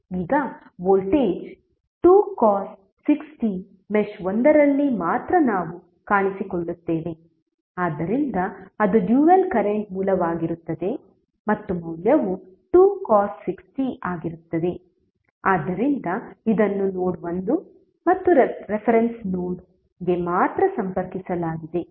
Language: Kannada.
ಈಗ ವೋಲ್ಟೇಜ್ 2cos6t ಮೆಶ್ 1 ರಲ್ಲಿ ಮಾತ್ರ ನಾವು ಕಾಣಿಸಿಕೊಳ್ಳುತ್ತೇವೆ ಆದ್ದರಿಂದ ಅದು ಡ್ಯುಯಲ್ ಕರೆಂಟ್ ಮೂಲವಾಗಿರುತ್ತದೆ ಮತ್ತು ಮೌಲ್ಯವು 2cos6t ಆಗಿರುತ್ತದೆ ಆದ್ದರಿಂದ ಇದನ್ನು ನೋಡ್ 1 ಮತ್ತು ರೆಫರೆನ್ಸ್ ನೋಡ್ಗೆ ಮಾತ್ರ ಸಂಪರ್ಕಿಸಲಾಗಿದೆ